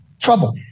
Trouble